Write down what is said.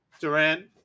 Durant